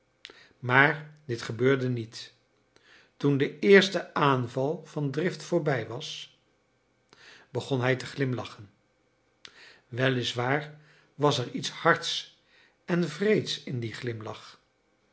maar dit gebeurde niet toen de eerste aanval van drift voorbij was begon hij te glimlachen wel is waar was er iets hards en wreeds in dien glimlach